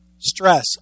Stress